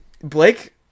Blake